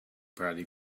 party